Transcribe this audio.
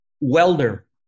welder